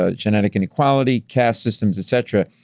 ah genetic inequality, caste systems, etc,